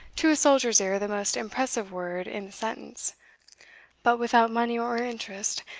to a soldier's ear, the most impressive word in the sentence but, without money or interest,